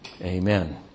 Amen